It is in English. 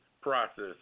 Process